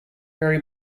very